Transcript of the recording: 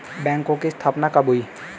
बैंकों की स्थापना कब हुई?